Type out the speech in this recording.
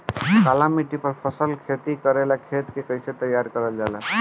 काली मिट्टी पर फसल खेती करेला खेत के कइसे तैयार करल जाला?